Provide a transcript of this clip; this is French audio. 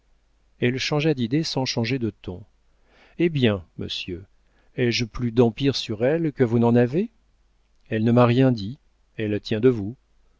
elle changea d'idée sans changer de ton eh bien monsieur ai-je plus d'empire sur elle que vous n'en avez elle ne m'a rien dit elle tient de vous